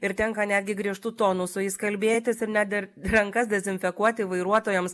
ir tenka netgi griežtu tonu su jais kalbėtis ir net ir rankas dezinfekuoti vairuotojams